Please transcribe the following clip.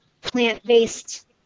plant-based